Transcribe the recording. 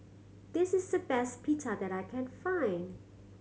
this is the best Pita that I can find